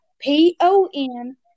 P-O-N